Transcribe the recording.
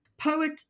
Poet